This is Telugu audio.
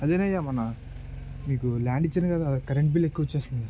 అదే అయ్యా మన మీకు ల్యాండ్ ఇచ్చాను కదా అ కరెంట్ బిల్ ఎక్కువ వచ్చింది